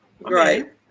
Right